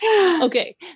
Okay